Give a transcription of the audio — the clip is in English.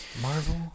Marvel